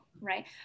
right